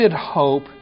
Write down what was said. hope